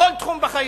בכל תחום בחיים.